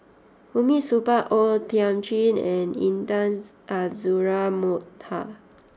Hamid Supaat O Thiam Chin and Intan Azura Mokhtar